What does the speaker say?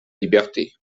liberté